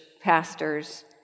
pastors